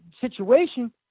situation